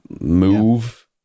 move